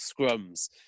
scrums